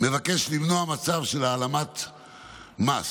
מבקשת למנוע מצב של העלמת מס.